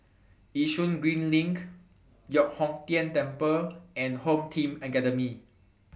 Yishun Green LINK Giok Hong Tian Temple and Home Team Academy